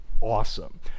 awesome